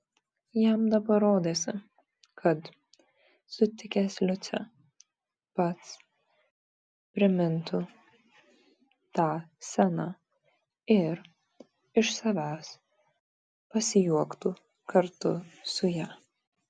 jam dabar rodėsi kad sutikęs liucę pats primintų tą sceną ir iš savęs pasijuoktų kartu su ja